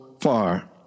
far